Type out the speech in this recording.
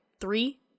Three